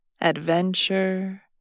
adventure